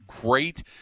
great